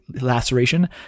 laceration